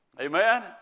Amen